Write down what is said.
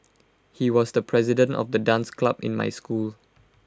he was the president of the dance club in my school